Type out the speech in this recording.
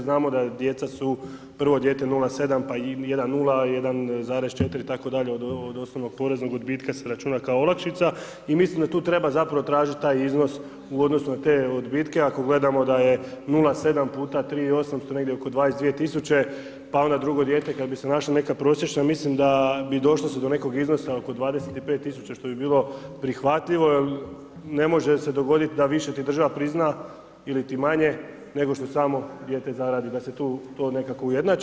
Znamo, djeca su, prvo dijete 0,7, pa i 1,0, 1,4 itd. od osnovnog poreznog odbitka se računa kao olakšica i mislim da tu treba zapravo tražiti taj iznos u odnosu na te odbitke ako gledamo da je 0,7 puta 3 i 800 negdje oko 22 tisuće, pa na drugo dijete kada bi se našla neka prosječna, mislim da bi došlo se do nekog iznosa od 25 tisuća, što bi bilo prihvatljivo, jer ne može se dogoditi da više ti država prizna ili ti manje, nego što samo dijete zaradi, da se tu, to nekako ujednači.